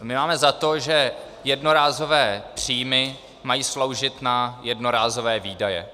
My máme za to, že jednorázové příjmy mají sloužit na jednorázové výdaje.